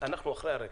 אנחנו אחרי הריקה.